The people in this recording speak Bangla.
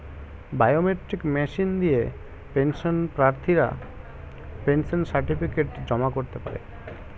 বায়োমেট্রিক মেশিন দিয়ে পেনশন প্রার্থীরা পেনশন সার্টিফিকেট জমা করতে পারে